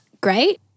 great